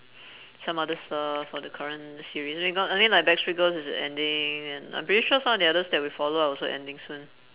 some other stuff or the current series we got I mean like backstreet girls is ending and I'm pretty sure some of the others that we follow are also ending soon